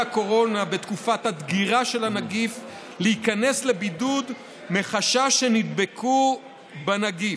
הקורונה בתקופת הדגירה של הנגיף להיכנס לבידוד מחשש שנדבקו בנגיף,